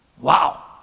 Wow